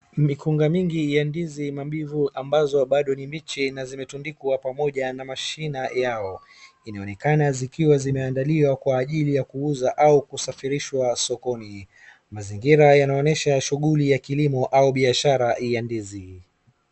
Mikunga mingi ya ndizi mabivu ambazo bado ni mbichi na zimetundikwa pamoja na mashina yao, inaonekaana zikiwa zimeandaliwa kwa ajili ya kuuza au kusafirishwa sokoni. Mazingira yanaonyesha shuguli ya kilimo au biashara ya ndizi.